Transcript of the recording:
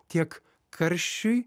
tiek karščiui